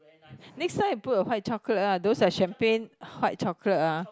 next time you put a white chocolate lah those like champagne white chocolate ah